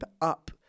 up